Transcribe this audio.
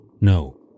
No